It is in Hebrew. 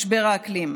משבר האקלים.